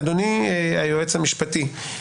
אדוני היועץ המשפטי,